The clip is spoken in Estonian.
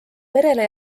perele